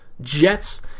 Jets